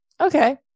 Okay